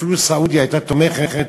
אפילו סעודיה הייתה תומכת,